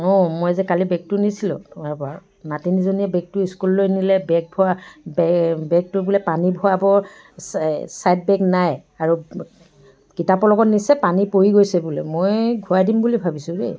অঁ মই যে কালি বেগটো নিছিলোঁ আপোনাৰ পৰা নাতিনীজনীয়ে বেগটো স্কুললৈ নিলে বেগ থোৱা বে বেগটো বোলে পানী ভৰাব ছাইড বেগ নাই আৰু কিতাপৰ লগত নিছে পানী পৰি গৈছে বোলে মই ঘূৰাই দিম বুলি ভাবিছোঁ দেই